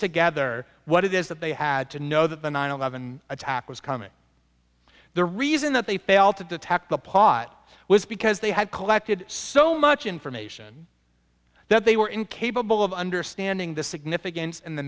together what it is that they had to know that the nine eleven attack was coming the reason that they failed to detect the pot was because they had collected so much information that they were incapable of understanding the significance and the